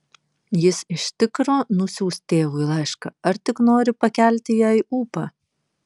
jis iš tikro nusiųs tėvui laišką ar tik nori pakelti jai ūpą